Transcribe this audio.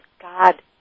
God